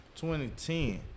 2010